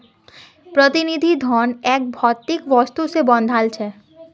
प्रतिनिधि धन एक भौतिक वस्तु से बंधाल छे